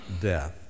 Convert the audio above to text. death